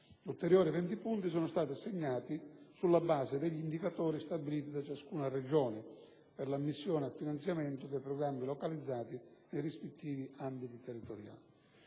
Ulteriori 20 punti sono stati assegnati sulla base degli indicatori stabiliti da ciascuna Regione per l'ammissione a finanziamento dei programmi localizzati nei rispettivi ambiti territoriali.